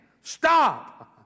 Stop